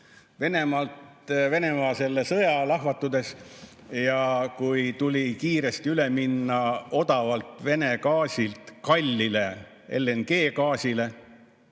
Selle sõja lahvatudes, kui tuli kiiresti üle minna odavalt Vene gaasilt kallile LNG‑gaasile,